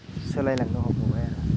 सोलायलांनो हमबाय आरो